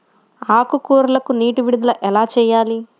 ఆకుకూరలకు నీటి విడుదల ఎలా చేయాలి?